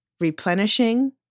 replenishing